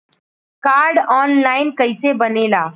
Card online कइसे बनेला?